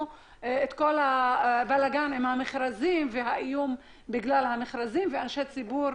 את הבלגן עם המכרזים והאיום בגלל המכרזים ואנשי ציבור